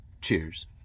Cheers